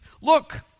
Look